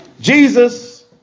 Jesus